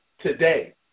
today